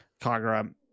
kagura